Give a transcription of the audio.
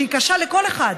שהיא קשה לכל אחד,